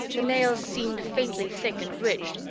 the nails seemed faintly thick and ridged,